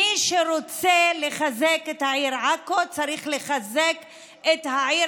מי שרוצה לחזק את העיר עכו צריך לחזק את העיר